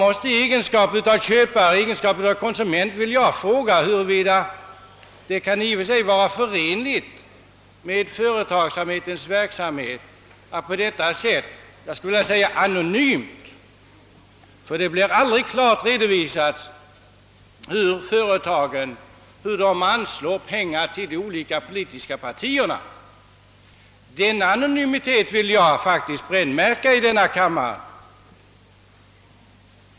I egenskap av konsument vill jag ifrågasätta huruvida det är förenligt med företagens verksamhet att på detta sätt stödja politisk verksamhet anonymt — vilka företag som anslår pengar och till vilka politiska partier de går redovisas ju aldrig klart. Denna anonymitet vill jag brännmärka i denna kammare.